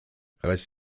reiß